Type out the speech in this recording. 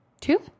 Two